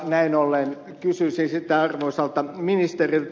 näin ollen kysyisin arvoisalta ministeriltä